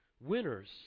Winners